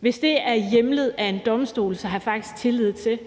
Hvis det er hjemlet af en domstol, har jeg faktisk tillid til,